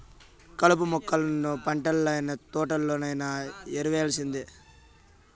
కలుపు మొక్కలను పంటల్లనైన, తోటల్లోనైన యేరేయాల్సిందే